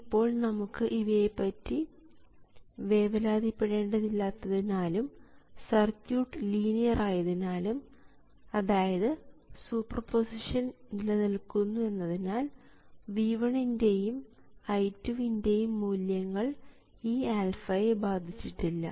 ഇപ്പോൾ നമുക്ക് ഇവയെപ്പറ്റി വേവലാതിപ്പെടേണ്ടതില്ലാത്തതിനാലും സർക്യൂട്ട് ലീനിയർ ആയതിനാലും അതായത് സൂപ്പർപൊസിഷൻ നിലനിൽക്കുന്നു എന്നതിനാൽ V1 ൻറെയും I2 ൻറെയും മൂല്യങ്ങൾ ഈ α യെ ബാധിച്ചിട്ടില്ല